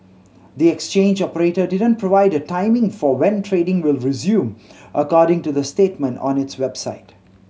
the exchange operator didn't provide a timing for when trading will resume according to the statement on its website